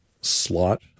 slot